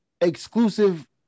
exclusive